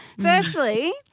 Firstly